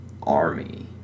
army